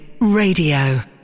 Radio